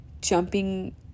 jumping